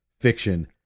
fiction